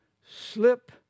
slip